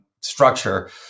structure